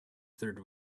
third